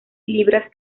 libras